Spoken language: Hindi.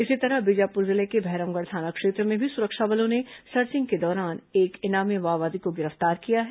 इसी तरह बीजापुर जिले के मैरमगढ़ थाना क्षेत्र में भी सुरक्षा बलों ने सर्चिंग के दौरान एक इनामी माओवादी को गिरफ्तार किया है